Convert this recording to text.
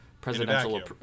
presidential